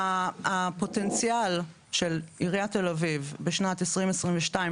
הפוטנציאל של עיריית תל-אביב בשנת 2022,